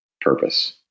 purpose